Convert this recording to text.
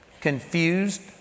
Confused